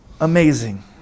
amazing